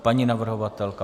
Paní navrhovatelka?